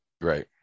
Right